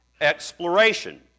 exploration